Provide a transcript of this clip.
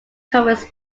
conference